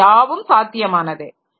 இவையாவும் சாத்தியமானதே